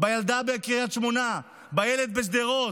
בילדה בקריית שמונה, בילד בשדרות,